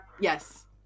Yes